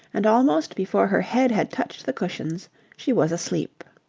and almost before her head had touched the cushions she was asleep.